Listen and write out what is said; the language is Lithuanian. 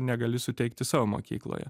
negali suteikti savo mokykloje